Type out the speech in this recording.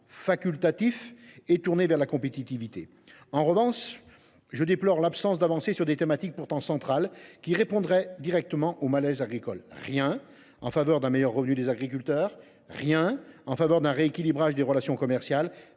facultatif et tourné vers la compétitivité. En revanche, je déplore l’absence d’avancées sur des thématiques pourtant centrales qui permettraient de répondre directement au malaise agricole. Rien en faveur d’un meilleur revenu des agriculteurs ; rien en faveur d’un rééquilibrage des relations commerciales